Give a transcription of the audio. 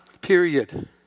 period